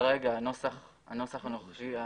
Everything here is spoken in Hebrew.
כרגע הנוסח הנוכחי,